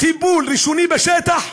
טיפול ראשוני בשטח,